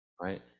right